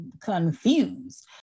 confused